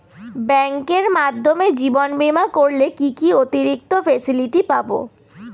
ব্যাংকের মাধ্যমে জীবন বীমা করলে কি কি অতিরিক্ত ফেসিলিটি পাব?